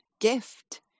gift